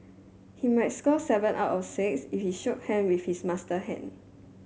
he might score seven out of six if he shook hands with his master hand